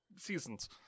seasons